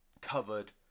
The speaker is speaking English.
Covered